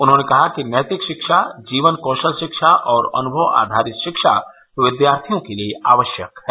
उन्होंने कहा कि नैतिक शिक्षा जीवन कौशल शिक्षा और अनुभव आधारित शिक्षा विद्यार्थियों के लिए आवश्यक है